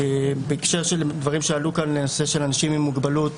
בהקשר לדברים שעלו כאן לנושא של אנשים עם מוגבלות,